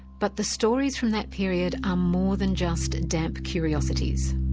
but the stories from that period are more than just damp curiosities.